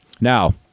Now